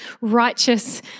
righteous